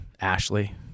Ashley